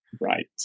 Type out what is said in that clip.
Right